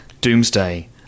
Doomsday